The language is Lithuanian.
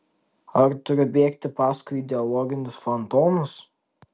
ar turiu bėgti paskui ideologinius fantomus